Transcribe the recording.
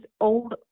old